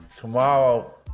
tomorrow